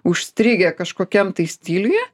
užstrigę kažkokiam tai stiliuje